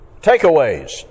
Takeaways